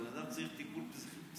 הבן אדם צריך טיפול פסיכולוגי.